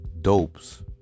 dopes